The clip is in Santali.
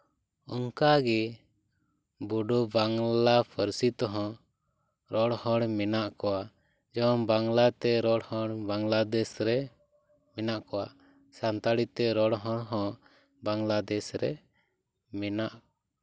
ᱚᱱᱠᱟᱜᱮ ᱵᱳᱰᱳ ᱵᱟᱝᱞᱟ ᱯᱟᱹᱨᱥᱤ ᱛᱮᱦᱚᱸ ᱨᱚᱲ ᱦᱚᱲ ᱢᱮᱱᱟᱜ ᱠᱚᱣᱟ ᱡᱮᱢᱚᱱ ᱵᱟᱝᱞᱟ ᱛᱮ ᱨᱚᱲ ᱦᱚᱲ ᱵᱟᱝᱞᱟᱫᱮᱥ ᱨᱮ ᱢᱮᱱᱟᱜ ᱠᱚᱣᱟ ᱥᱟᱱᱛᱟᱲᱤ ᱛᱮ ᱨᱚᱲ ᱦᱚᱲ ᱦᱚᱸ ᱵᱟᱝᱞᱟᱫᱮᱥ ᱨᱮ ᱢᱮᱱᱟᱜ